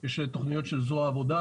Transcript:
יש תוכניות של "זו עבודה",